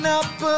up